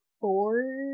four